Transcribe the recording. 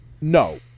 No